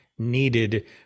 needed